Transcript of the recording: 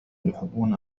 يحبون